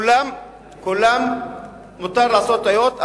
לכולם מותר לעשות טעויות,